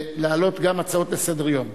להעלות גם הצעות לסדר-יום.